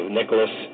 Nicholas